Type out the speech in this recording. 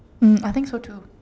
um I think so too